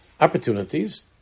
opportunities